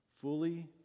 Fully